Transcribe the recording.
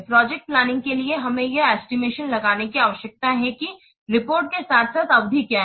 project planning के लिए हमें यह एस्टिमेशन लगाने की आवश्यकता है कि रिपोर्ट के साथ साथ अवधि क्या है